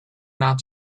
not